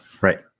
Right